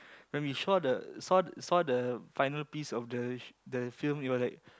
when we saw the saw saw the final piece of the the film it was like